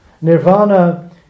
Nirvana